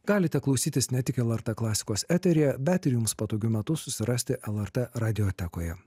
galite klausytis ne tik lrt klasikos eteryje bet ir jums patogiu metu susirasti lrt radiotekoje